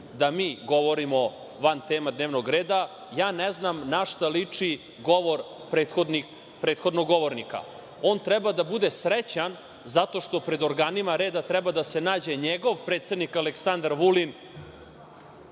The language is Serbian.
da mi govorimo van tema dnevnog reda. Ja ne znam na šta liči govor prethodnog govornika. On treba da bude srećan zato što pred organima reda treba da se nađe njegov predsednik Aleksandar Vulin